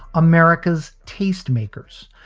america's tastemakers,